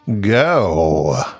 go